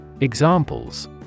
Examples